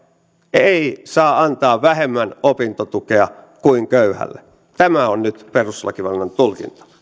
ei saa antaa vähemmän opintotukea kuin köyhälle tämä on nyt perustuslakivaliokunnan tulkinta